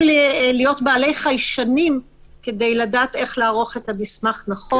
להיות בעלי חיישנים כדי לדעת איך לערוך את המסמך נכון.